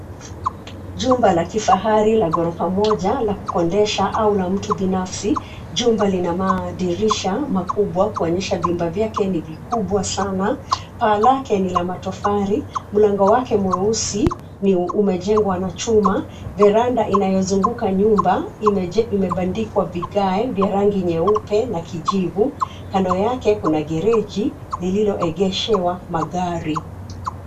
Jumba la kifahari la gorofa moja la kukodesha au la mtu binafsi. Jumba lina madirisha makubwa kuonyesha vyumba vyake ni vikubwa sana, Paa lake ni la matofari mlango wake mweusi umejengwa na chuma Veranda inayozunguka nyumba ibandikwa vigae vya rangi nyeupe na kijivu kando yake kuna gereji lililoegeshewa magari.